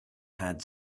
had